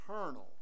eternal